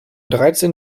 dreizehn